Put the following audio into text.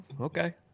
Okay